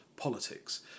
politics